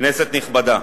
כנסת נכבדה,